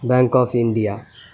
bank of India